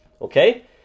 Okay